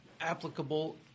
applicable